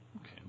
Okay